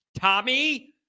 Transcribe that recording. Tommy